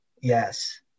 Yes